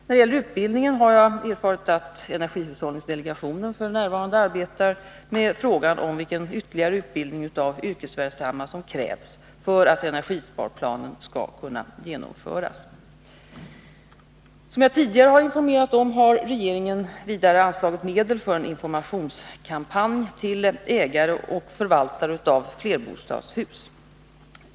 När det gäller utbildning har jag erfarit att energihushållningsdelegationen, EHD, f. n. arbetar med frågan om vilken utbildning av yrkesverksamma som krävs för att energisparplanen skall kunna genomföras. Som jag tidigare har informerat om har regeringen vidare anslagit medel för en informationskampanj till ägare och förvaltare av flerbostadshus.